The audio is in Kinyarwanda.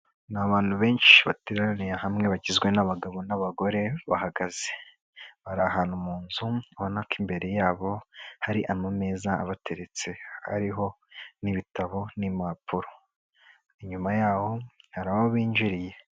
Ni abantu benshi bateraniye hamwe bakizwe n'abagabo n'abagore bahagaze. Bari ahantu mu nzu ubonana ko imbere yabo hari ameza ahateretse ariho n'ibitabo, n'impapuro. Inyuma yaho hari aho binjiriye.